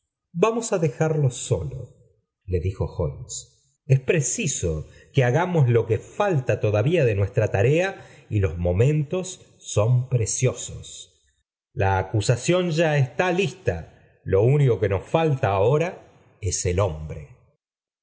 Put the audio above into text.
vamos á dejarlo solo le dijo hohnou mh preciso que hagamos lo que falta todavía de nwm tra tarea y los momentos ison precioso u un sación ya está lista lo único que nos bilí i es el hombre